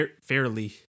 Fairly